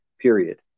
period